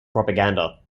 propaganda